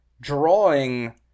drawing